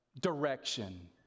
Direction